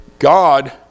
God